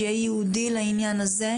שיהיה ייעודי לעניין הזה,